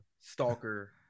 stalker